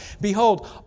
Behold